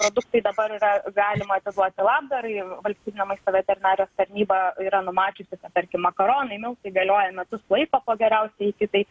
produktai dabar yra galima atiduoti labdarai valstybinė maisto veterinarijos tarnyba yra numačiusi kad tarkim makaronai miltai galioja metus laiko o geriausieji iki tai